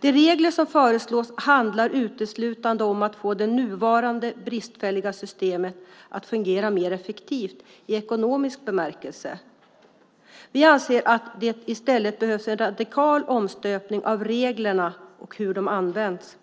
De regler som föreslås handlar uteslutande om att få det nuvarande bristfälliga systemet att fungera mer effektivt i ekonomisk bemärkelse. Vi anser att det i stället behövs en radikal omstöpning av reglerna och hur de används.